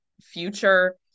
future